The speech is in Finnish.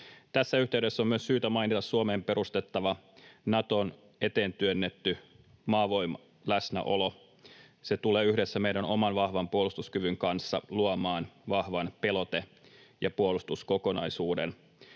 Tässä yhteydessä on myös syytä mainita Suomeen perustettava Naton eteen työnnetty maavoimaläsnäolo. Se tulee yhdessä meidän oman vahvan puolustuskykymme kanssa luomaan vahvan pelote- ja puolustuskokonaisuuden,